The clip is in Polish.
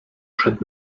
przed